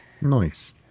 Nice